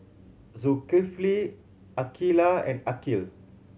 Zulkifli Aqeelah and Aqil